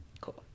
Cool